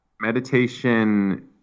meditation